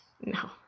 no